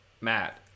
Matt